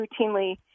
routinely